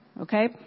Okay